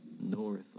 north